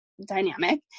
dynamic